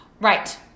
Right